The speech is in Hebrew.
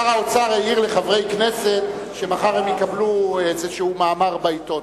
שר האוצר העיר לחברי כנסת שמחר הם יקבלו איזשהו מאמר בעיתון.